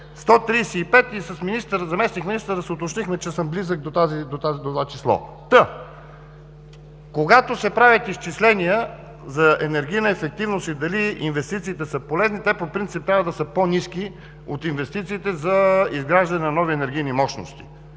и със заместник-министъра се уточнихме, че съм близо до това число. Така че, когато се правят изчисления за енергийна ефективност и дали инвестициите са полезни, те по принцип трябва да са по-ниски от инвестициите за изграждане на нови енергийни мощности.